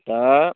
दा